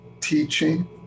Teaching